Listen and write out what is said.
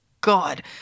God